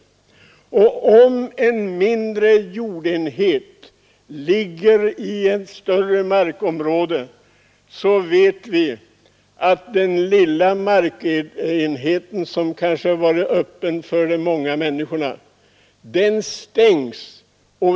Vi vet att då stängs de små jordbitar som omges av större markområden och som tidigare varit öppna för de många människorna.